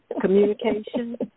communication